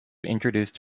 introduced